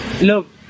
look